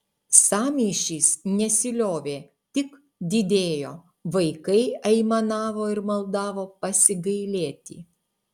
sąmyšis nesiliovė tik didėjo vaikai aimanavo ir maldavo pasigailėti